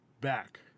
back